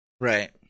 Right